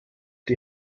die